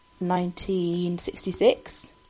1966